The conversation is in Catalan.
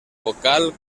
vocal